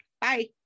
Bye